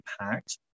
impact